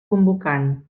convocant